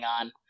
on